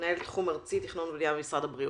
מנהל תחום ארצי תכנון ובנייה במשרד הבריאות.